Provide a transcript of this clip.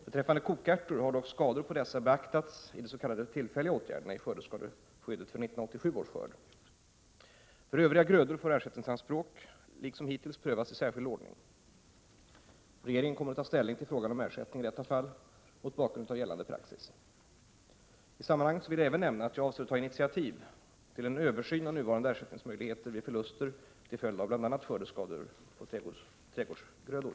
Beträffande kokärtor har dock skador på dessa beaktats i de s.k. tillfälliga åtgärderna i skördeskadeskyddet för 1987 års skörd. För övriga grödor får ersättningsanspråk liksom hittills prövas i särskild ordning. Regeringen kommer att ta ställning till frågan om ersättning i detta fall mot bakgrund av gällande praxis. I sammanhanget vill jag även nämna att jag avser att ta initiativ till en översyn av nuvarande ersättningsmöjligheter vid förluster till följd av bl.a. skördeskador på trädgårdsgrödor.